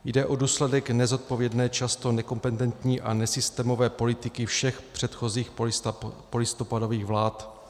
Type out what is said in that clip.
Jde o důsledek nezodpovědné, často nekompetentní a nesystémové politiky všech předchozích polistopadových vlád.